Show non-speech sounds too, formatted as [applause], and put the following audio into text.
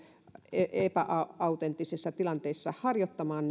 epäautenttisissa tilanteissa harjoittamaan [unintelligible]